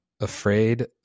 afraid